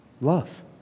Love